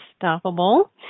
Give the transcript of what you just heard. Unstoppable